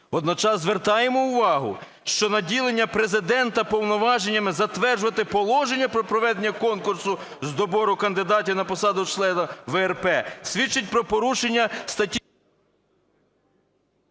Водночас звертаємо увагу, що наділення Президента повноваженнями затверджувати Положення про проведення конкурсу з добору кандидатів на посаду члена ВРП, свідчить про порушення статті...